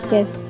Yes